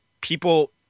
people